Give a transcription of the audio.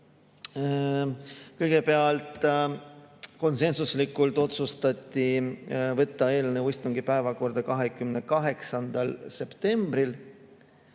Kõigepealt, konsensuslikult otsustati võtta eelnõu istungi päevakorda 28. septembril.